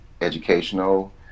educational